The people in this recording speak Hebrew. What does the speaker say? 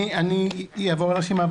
אני אעבור על הרשימה,